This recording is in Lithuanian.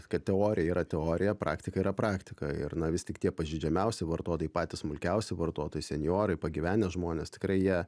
kad teorija yra teorija praktika yra praktika ir na vis tik tie pažeidžiamiausi vartotojai patys smulkiausi vartotojai senjorai pagyvenę žmonės tikrai jie